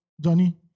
Johnny